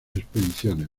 expediciones